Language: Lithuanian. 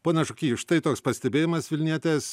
pone šuky štai toks pastebėjimas vilnietės